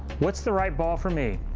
what's the right ball for me?